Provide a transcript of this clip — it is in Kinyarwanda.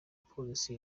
polisi